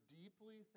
deeply